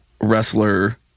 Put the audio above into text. wrestler